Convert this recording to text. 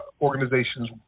organizations